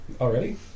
Already